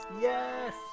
Yes